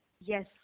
Yes